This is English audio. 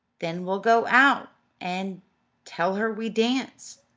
then we'll go out and tell her we dance.